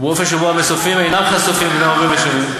ובאופן שבו המסופים אינם חשופים לעוברים והשבים.